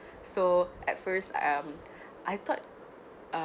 so at first um I thought uh